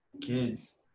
kids